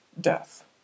death